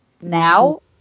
now